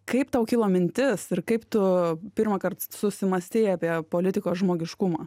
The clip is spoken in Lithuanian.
kaip tau kilo mintis ir kaip tu pirmąkart susimąstei apie politiko žmogiškumą